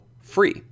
free